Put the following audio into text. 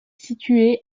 situé